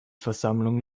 versammlung